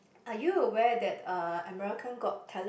are you aware that uh America's-Got-Talent